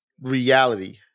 reality